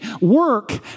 work